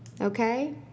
Okay